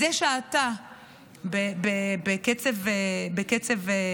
אז יש האטה בקצב העסקאות,